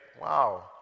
wow